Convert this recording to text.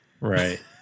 Right